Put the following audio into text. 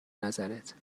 نظرت